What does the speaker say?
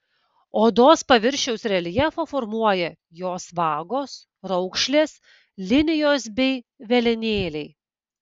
odos paviršiaus reljefą formuoja jos vagos raukšlės linijos bei velenėliai